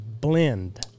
blend